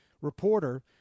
reporter